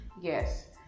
Yes